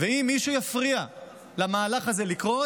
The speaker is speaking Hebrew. ואם מישהו יפריע למהלך הזה לקרות,